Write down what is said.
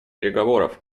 переговоров